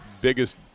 biggest